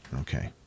Okay